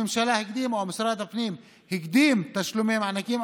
הממשלה ומשרד הפנים הקדימו תשלומי מענקים,